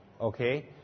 Okay